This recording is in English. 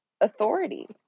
authority